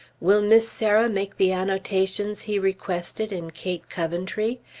will miss sarah make the annotations he requested, in kate coventry?